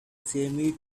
semi